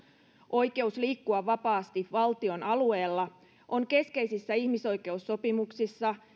oikeus liikkua vapaasti valtion alueella on keskeisissä ihmisoikeussopimuksissa